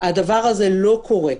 הדבר הזה לא קורה.